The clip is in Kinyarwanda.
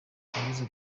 abagize